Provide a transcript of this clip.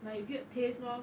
like weird taste lor